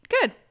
Good